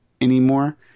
anymore